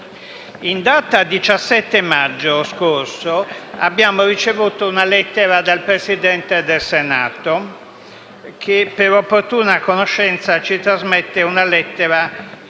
In data 17 maggio scorso abbiamo ricevuto una lettera dal Presidente del Senato che, per opportuna conoscenza, ci trasmette una lettera